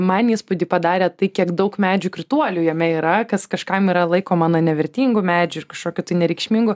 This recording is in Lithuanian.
man įspūdį padarė tai kiek daug medžių krituolių jame yra kas kažkam yra laikoma na nevertingu medžiu ir kažkokiu tai nereikšmingu